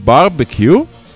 Barbecue